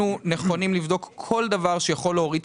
אנחנו בוודאי נכונים לבדוק כל דבר שיכול להוריד את